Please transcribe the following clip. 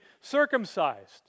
circumcised